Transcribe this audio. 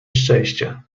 szczęścia